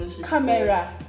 Camera